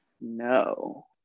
no